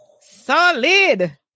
Solid